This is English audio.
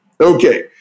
Okay